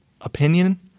opinion